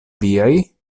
viaj